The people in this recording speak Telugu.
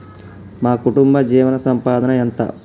మా కుటుంబ జీవన సంపాదన ఎంత?